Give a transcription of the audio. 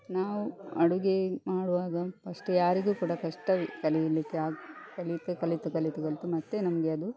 ನಾವು ಅಡುಗೆ ಮಾಡುವಾಗ ಪಸ್ಟ್ ಯಾರಿಗೂ ಕೂಡ ಕಷ್ಟವೇ ಕಲೀಲಿಕ್ಕೆ ಹಾಗು ಕಲಿತು ಕಲಿತು ಕಲಿತು ಕಲಿತು ಮತ್ತು ನಮಗೆ ಅದು